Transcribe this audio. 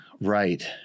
right